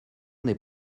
n’est